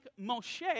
Moshe